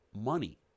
money